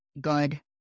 good